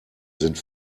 sind